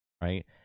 right